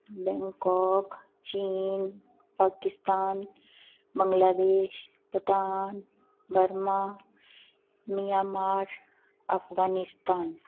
Bangkok ਚੀਨ Pakistan Bangladesh Bhutan Burma Myanmar Afghanistan